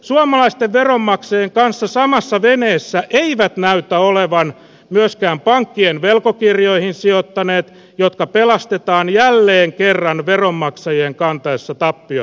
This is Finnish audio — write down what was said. suomalaisten veronmaksajien kanssa samassa veneessä eivät näytä olevan myöskään pankkien velkakirjoihin sijoittaneet jotka pelastetaan jälleen kerran veronmaksajien kantaessa tappiot